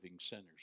sinners